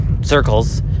circles